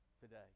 today